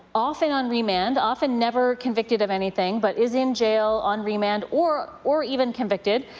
often on remand. often never convicted of anything. but is in jail on remand or or even convicted.